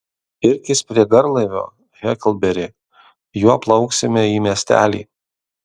irkis prie garlaivio heklberi juo plauksime į miestelį